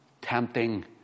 Tempting